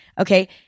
Okay